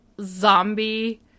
zombie